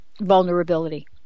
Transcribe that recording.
vulnerability